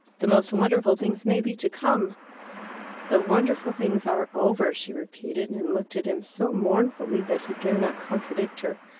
the most wonderful things may be to come the wonderful things are over, she repeated, and looked at him so mournfully that he dare not contradict her.